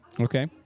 okay